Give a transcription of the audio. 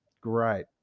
Great